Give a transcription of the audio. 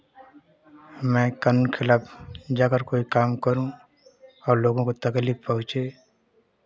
मैं कानून के खिलाफ़ जा के कोई काम करूँ और लोगों को तकलीफ पहुँचे